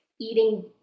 eating